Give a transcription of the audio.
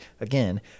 again